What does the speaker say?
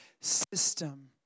system